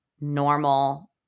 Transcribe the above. normal